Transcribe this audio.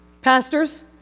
Pastors